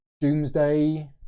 Doomsday